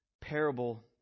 parable